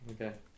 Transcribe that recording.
Okay